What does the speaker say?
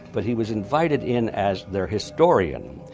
but he was invited in as their historian.